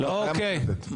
אוקיי.